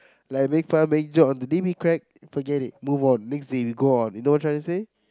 like make fun make joke on the day we crack forget it move on next day we go on you know what I'm trying to say